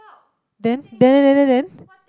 then then then then then then